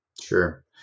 Sure